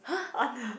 on the